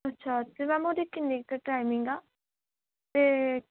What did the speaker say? ਅੱਛਾ ਅਤੇ ਮੈਮ ਉਹਦੀ ਕਿੰਨੀ ਕੁ ਟਾਈਮਿੰਗ ਆ ਅਤੇ